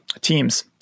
Teams